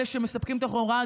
אלה שמספקים את החומרה,